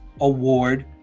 Award